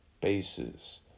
bases